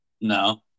No